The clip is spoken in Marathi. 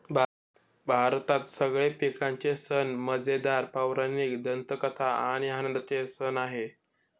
भारतात सगळे पिकांचे सण मजेदार, पौराणिक दंतकथा आणि आनंदाचे सण आहे